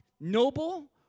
noble